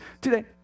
today